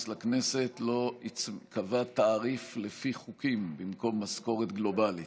לכנסת לא קבע תעריף לפי חוקים במקום משכורת גלובלית,